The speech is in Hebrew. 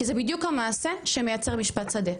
כי זה בדיוק המעשה שמייצר משפט שדה.